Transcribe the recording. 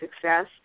success